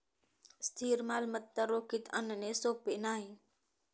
स्थिर मालमत्ता रोखीत आणणे सोपे नाही